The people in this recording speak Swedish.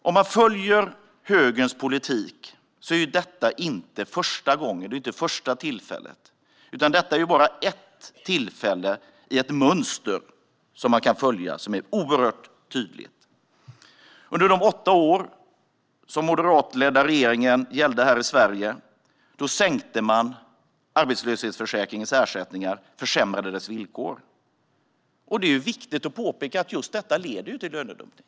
Om man följer högerns politik är detta inte det första tillfället, utan bara ett tillfälle i ett oerhört tydligt mönster. Under de åtta år som den moderatledda regeringen styrde Sverige sänkte man arbetslöshetsförsäkringens ersättningar och försämrade dess villkor. Det är viktigt att påpeka att just detta leder till lönedumpning.